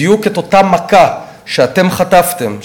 בדיוק את אותה מכה שאתם חטפתם,